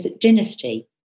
dynasty